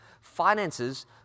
finances